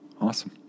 awesome